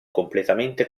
completamente